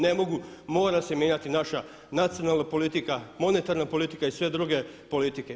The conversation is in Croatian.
Ne mogu, mora se mijenjati naša nacionalna politika, monetarna politika i sve druge politike?